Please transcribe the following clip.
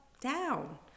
down